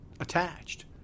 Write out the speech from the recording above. attached